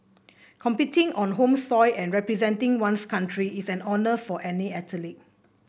competing on home soil and representing one's country is an honour for any athlete